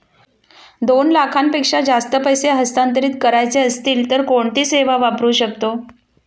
दोन लाखांपेक्षा जास्त पैसे हस्तांतरित करायचे असतील तर कोणती सेवा वापरू शकतो?